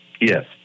Yes